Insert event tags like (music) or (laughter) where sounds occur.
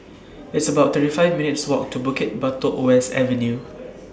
It's about thirty five minutes' Walk to Bukit Batok West Avenue (noise)